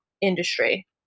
industry